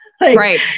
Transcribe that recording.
Right